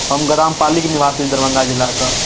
हम ग्राम पालीके नीवासी दरभङ्गा जिलाकऽ